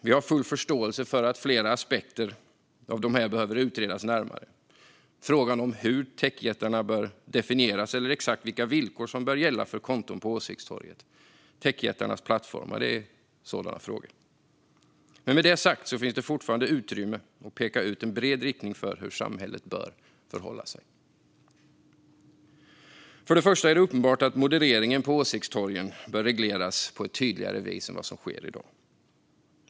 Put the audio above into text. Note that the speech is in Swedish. Vi har full förståelse för att flera aspekter behöver utredas närmare. Hur techjättarna bör definieras eller exakt vilka villkor som bör gälla för konton på åsiktstorgen, techjättarnas plattformar, är sådana frågor. Men det finns fortfarande utrymme för att peka ut en bred riktning för hur samhället bör förhålla sig. Till att börja med är det uppenbart att modereringen på åsiktstorgen bör regleras på ett tydligare sätt än i dag.